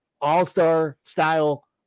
all-star-style